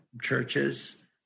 churches